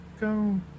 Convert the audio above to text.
Go